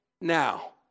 now